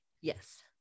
Yes